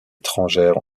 étrangères